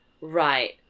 right